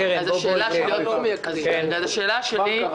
שר התחבורה והבטיחות בדרכים בצלאל סמוטריץ': איפה?